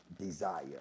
Desire